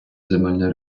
земельної